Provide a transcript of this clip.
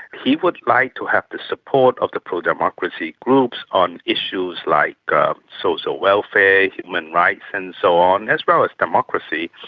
he would like to have the support of the pro-democracy groups on issues like social welfare, human rights and so on, as well as democracy,